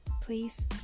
please